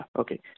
Okay